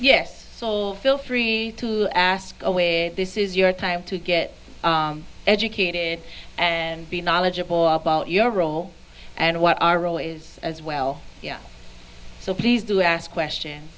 yes sol feel free to ask away this is your time to get educated and be knowledgeable about your role and what our role is as well so please do ask questions